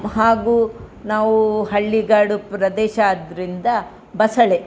ಹಾಗೂ ನಾವು ಹಳ್ಳಿಗಾಡು ಪ್ರದೇಶ ಆದ್ದರಿಂದ ಬಸಳೆ